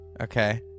Okay